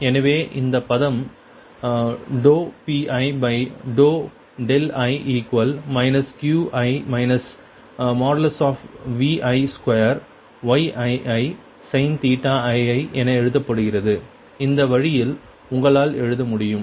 எனவே இந்த பதம் Pii Qi Vi2Yiisin ii என எழுதப்படுகிறது இந்த வழியில் உங்களால் எழுத முடியும்